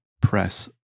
press